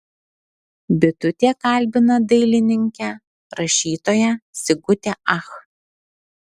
bitutė kalbina dailininkę rašytoją sigutę ach